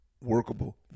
workable